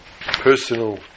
personal